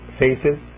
faces